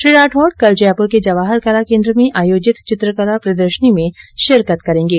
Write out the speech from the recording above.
श्री राठौड कल जयपुर के जवाहर कला केन्द्र में आयोजित चित्रकला प्रदर्शनी में शिरकत करेंगे